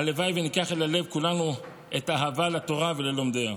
הלוואי וניקח כולנו אל הלב את האהבה לתורה וללומדיה.